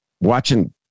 watching